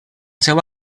seva